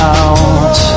out